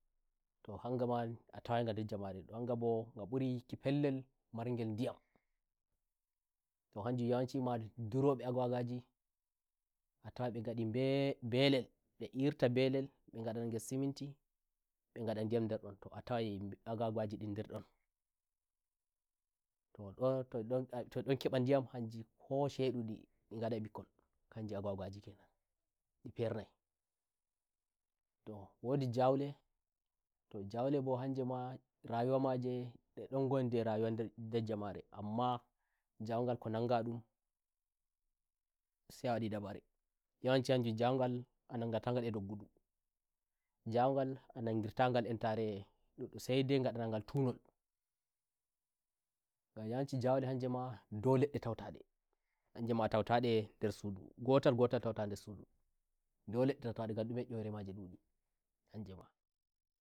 to hangama a tawaiga nder jamare hangabo nga mburi yikki pellel margel ndiyamto hanjum yawanci ndurobe agwagwa a tawai mbe gandi "mbe mbellel" mbe irta belel mbe gadana gel siminti mbe ngada ndiyam nder dontoh a tawai agwagwaji ndin nder ndon"toh ndo toh ndon keba" ndijam hanji ko shedu nde gadai bikkonkanje agwagwaji kenan nde pernaitoh wondi jawleto jaule mbo hanjema rayuwa maje nde ndon gondi rayuwa nder jamareamma jawgal ko nan nga ndunsai a wadi dabareyawanci hanje jawgal a non ngata ndun a ndoddudujawgal a nangirta gal entare sai dai ngada na gal ntunol gan yawanci jawle hanjema ndou ledde tauta ndehanjema a tauta nde nder sudu ngotal ngotal tauta nder sududou ledde tautade gan ndume nyoire maji ndudi